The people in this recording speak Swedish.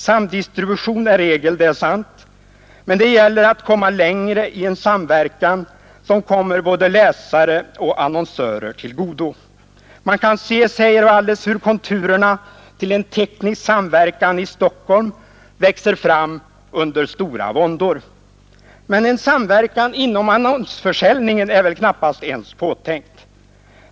Samdistribution är regel, det är sant, men det gäller att nå längre i en samverkan, som kommer både läsare och annonsörer till godo. Man kan se, säger Walles, hur konturerna till en teknisk samverkan i Stockholm växer fram under stora våndor. Men en samverkan inom annonsförsäljningen är väl knappast ens påtänkt.